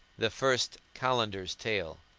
the first kalandar's tale.